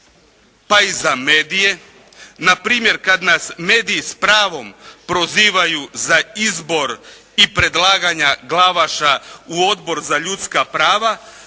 pa i za medije. Na primjer kad nas mediji s pravom prozivaju za izbor i predlaganja Glavaša u Odbor za ljudska prava